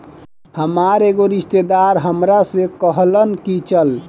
हामार एगो रिस्तेदार हामरा से कहलन की चलऽ